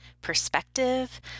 perspective